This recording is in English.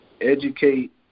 Educate